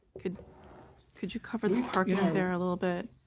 could could you cover the parking there a little bit,